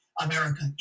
America